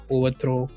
Overthrow